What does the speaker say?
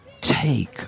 take